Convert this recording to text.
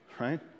right